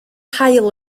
haul